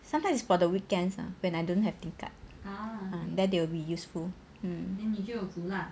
sometimes is for the weekends ah when I don't have tingkat ah then they will be useful